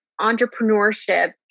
entrepreneurship